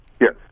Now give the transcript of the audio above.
Yes